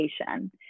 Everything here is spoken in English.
education